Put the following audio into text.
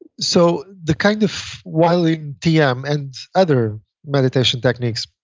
so the kind of, while in tm and other meditation techniques,